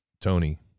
Tony